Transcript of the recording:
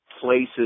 places